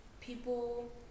people